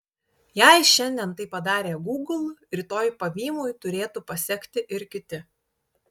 jei šiandien tai padarė gūgl rytoj pavymui turėtų pasekti ir kiti